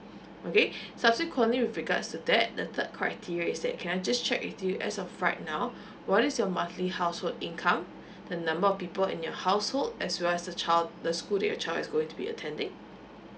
okay subsequently with regards to that the third criteria is that can I just check with you as of right now what is your monthly household income the number of people in your household as well as the child the school that your child is going to be attending